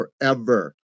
forever